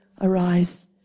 Arise